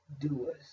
doers